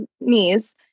knees